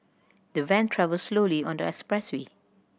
the van travelled slowly on the expressway